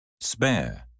Spare